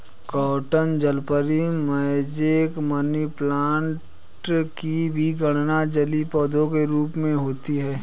croton जलपरी, mosaic, money plant की भी गणना जलीय पौधे के रूप में होती है